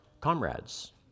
comrades